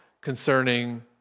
concerning